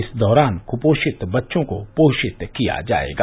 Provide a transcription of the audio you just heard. इस दौरान कुपोषित बच्चों को पोषित किया जाएगा